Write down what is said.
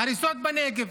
הריסות בנגב,